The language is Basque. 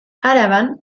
araban